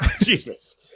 Jesus